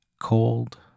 cold